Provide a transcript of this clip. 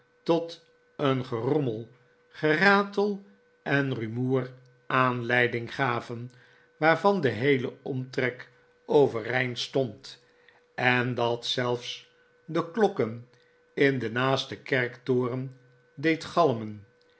tot een gerommel geratel en rumoer aanleiding gaven waarvan de heele omtrek overeind stond en dat zelfs de klokken in den naasten kerktoren deed galmen